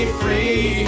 free